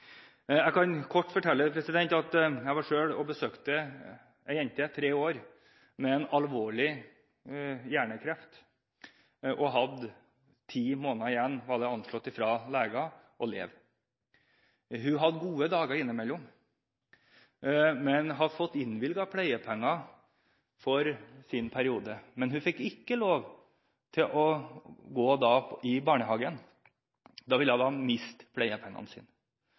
Jeg kan kort fortelle at jeg besøkte ei jente på tre år med alvorlig hjernekreft. Hun hadde ti måneder igjen – anslått av legene – å leve, men hun har gode dager innimellom. Hun har fått innvilget pleiepenger for perioden, men hun får ikke lov til å gå i barnehage, da vil hun miste pleiepengene